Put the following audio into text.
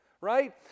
right